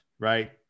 Right